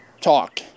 talk